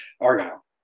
Argyle